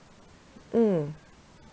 mm